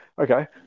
okay